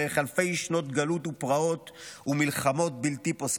דרך אלפי שנות גלות ופרעות ומלחמות בלתי פוסקות.